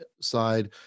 side